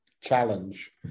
challenge